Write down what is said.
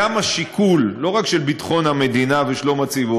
לא רק השיקול של ביטחון המדינה ושלום הציבור,